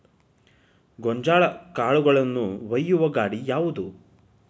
ಗೋಂಜಾಳ ಕಾಳುಗಳನ್ನು ಒಯ್ಯುವ ಗಾಡಿ ಯಾವದು?